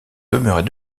demeurait